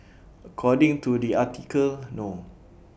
according to the article no